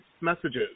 messages